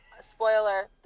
spoiler